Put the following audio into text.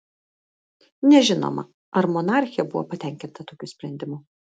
nežinoma ar monarchė buvo patenkinta tokiu sprendimu